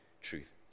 truth